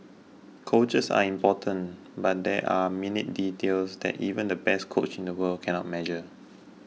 coaches are important but there are minute details that even the best coach in the world cannot measure